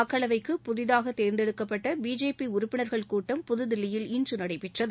மக்களவைக்கு புதிதூக தேர்ந்தெடுக்கப்பட்ட பிஜேபி உறுப்பினர்கள் கூட்டம் புதுதில்லியில் இன்று நடைபெற்றது